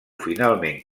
finalment